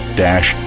dash